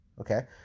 Okay